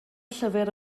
llyfr